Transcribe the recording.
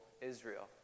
Israel